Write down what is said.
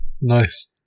Nice